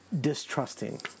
distrusting